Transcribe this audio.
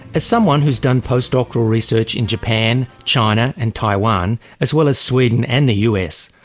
as someone who's done post-doctoral research in japan, china and taiwan as well as sweden and the us,